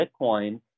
bitcoin